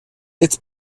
its